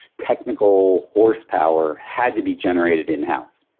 technical horsepower had to be generated in-house.